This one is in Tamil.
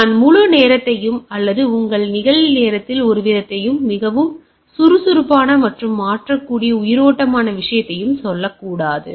நான் முழு நிகழ்நேரத்தையும் அல்லது உங்கள் நிகழ்நேரத்தில் ஒருவிதத்தையும் அல்லது மிகவும் சுறுசுறுப்பான மற்றும் மாற்றக்கூடிய ஒரு உயிரோட்டமான விஷயத்தையும் சொல்லக்கூடாது